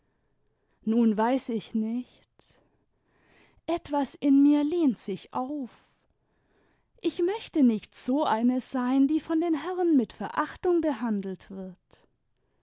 nun weiß ich nicht etwas in mir lehnt sich auf ich möchte nicht so eine sein die von den herren mit verachtung behandelt wird